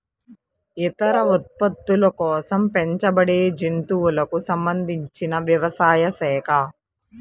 ఇతర ఉత్పత్తుల కోసం పెంచబడేజంతువులకు సంబంధించినవ్యవసాయ శాఖ